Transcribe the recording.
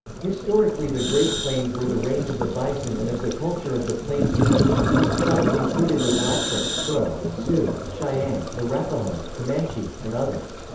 historically the great plains were the range of the bison and of the culture of the plains indians, whose tribes included the blackfoot, crow, sioux, cheyenne, arapaho, comanche, and others.